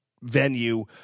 venue